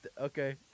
Okay